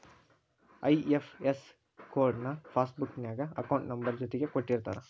IFS code ನ passbook ನ್ಯಾಗ account number ಜೊತಿಗೆ ಕೊಟ್ಟಿರ್ತಾರ